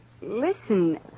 Listen